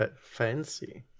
fancy